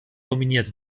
kombiniert